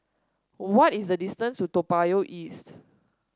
what is the distance to Toa Payoh East